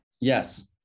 Yes